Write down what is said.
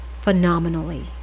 phenomenally